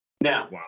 now